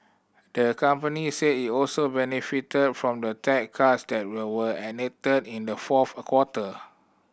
the company said it also benefited from the tax cuts that will were enacted in the fourth quarter